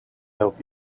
help